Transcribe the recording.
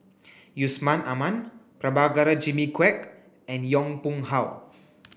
Yusman Aman Prabhakara Jimmy Quek and Yong Pung How